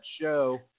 show